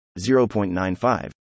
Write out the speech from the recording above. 0.95